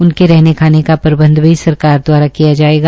उनके रहने खाने का प्रबंध भी सरकार द्वारा वहन किया जाएगा